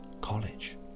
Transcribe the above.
College